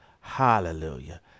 hallelujah